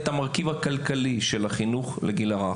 לא שמעתי את המרכיב הכלכלי של החינוך לגיל הרך.